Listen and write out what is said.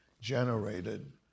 generated